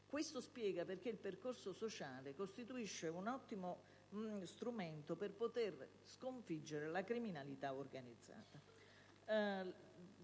Questo spiega perché il percorso sociale costituisce un ottimo strumento per poter sconfiggere la criminalità organizzata.